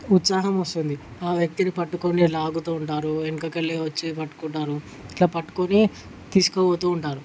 ఉత్సాహం వస్తుంది ఆ వ్యక్తిని పట్టుకుని లాగుతూ ఉంటారు ఎనకకెళ్ళి వచ్చి పట్టుకుంటారు ఇట్లా పట్టుకుని తీసుకుపోతూ ఉంటారు